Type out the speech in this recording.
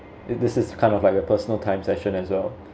if this is kind of like the personal time session as well